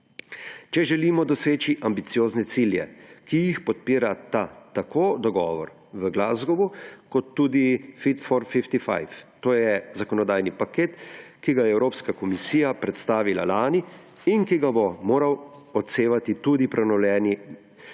če želimo doseči ambiciozne cilje, ki jih podpirata tako dogovor v Glasgowu kot tudi Fit for 55. To je zakonodajni paket, ki ga je Evropska komisija predstavila lani in ki ga bo moral odsevati tudi prenovljeni NEPN,